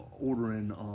ordering